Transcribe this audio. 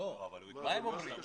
לא, כי מה הם אומרים?